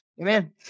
Amen